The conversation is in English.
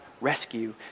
rescue